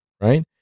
right